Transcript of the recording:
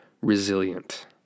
resilient